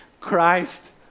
Christ